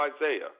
Isaiah